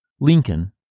Lincoln